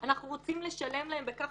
אנחנו רוצים לשלם להם בכך,